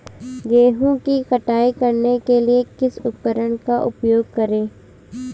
गेहूँ की कटाई करने के लिए किस उपकरण का उपयोग करें?